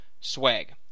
swag